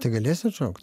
tai galėsiu atšaukt